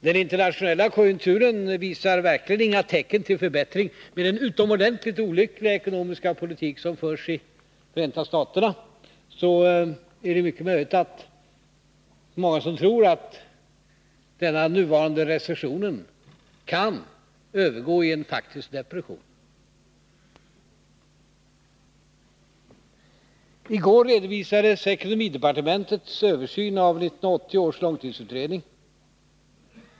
Den internationella konjunkturen visar verkligen inga tecken till förbättringar. Med den utomordentligt olyckliga ekonomiska politik som förs i Förenta staterna är det många som tror att den nuvarande recessionen kan övergå i en faktisk depression. I går redovisades ekonomidepartementets översyn av 1980 års långtidsutredning.